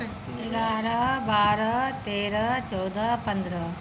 एगारह बारह तेरह चौदह पन्द्रह